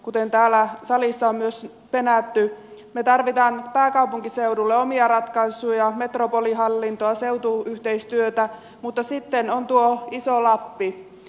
kuten täällä salissa on myös penätty me tarvitsemme pääkaupunkiseudulle omia ratkaisuja metropolihallintoa seutuyhteistyötä mutta sitten on tuo iso lappi